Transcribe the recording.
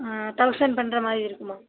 ஆ thousand பண்ணுற மாதிரி இருக்கும் மேம்